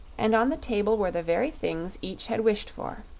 and on the table were the very things each had wished for.